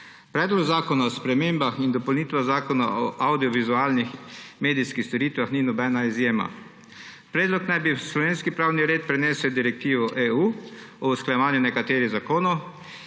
Predlog zakona o spremembah in dopolnitvah Zakona o avdiovizualnih medijskih storitvah ni nobena izjema. Predlog naj bi v slovenski pravni prenesel direktivo EU o usklajevanju nekaterih zakonov